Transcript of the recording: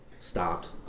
stopped